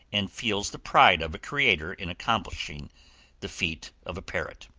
and feels the pride of a creator in accomplishing the feat of a parrot.